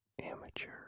Amateur